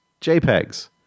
JPEGs